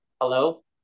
hello